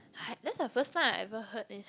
that's the first time I ever heard this